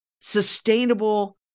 sustainable